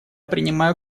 принимаю